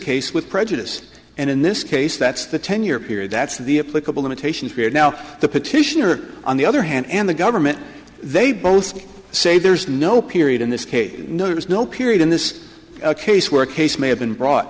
case with prejudice and in this case that's the ten year period that's the political limitations here now the petitioner on the other hand and the government they both say there's no period in this case notice no period in this case where a case may have been brought